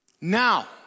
Now